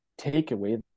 takeaway